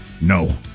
No